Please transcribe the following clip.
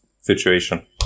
situation